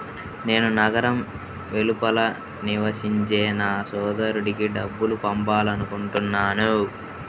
నేను నగరం వెలుపల నివసించే నా సోదరుడికి డబ్బు పంపాలనుకుంటున్నాను